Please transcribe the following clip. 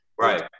Right